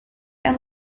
and